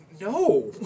no